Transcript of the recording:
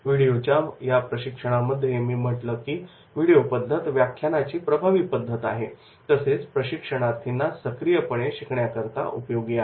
व्हिडिओच्या या प्रशिक्षणामध्ये मी म्हटलं की व्हिडिओ पद्धत व्याख्यानाची प्रभावी पद्धत आहे तसेच प्रशिक्षणार्थींना सक्रियपणे शिकण्याकरता उपयोगी आहे